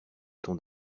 ton